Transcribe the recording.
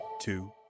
two